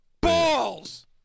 Balls